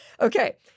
Okay